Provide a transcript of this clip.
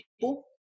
people